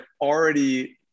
already